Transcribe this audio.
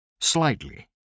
slightly